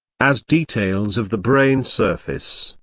as details of the brain surface,